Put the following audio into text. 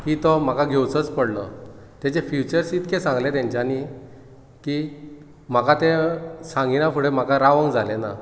की तो म्हाका घेवचोच पडलो तेजे फिचर्स इतके सांगले तेंच्यांनी की ते सांगीना फुडें म्हाका रावोंक जालेंना